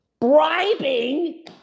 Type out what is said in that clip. bribing